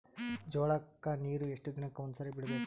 ಜೋಳ ಕ್ಕನೀರು ಎಷ್ಟ್ ದಿನಕ್ಕ ಒಂದ್ಸರಿ ಬಿಡಬೇಕು?